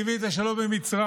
שהביא את השלום עם מצרים,